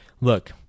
Look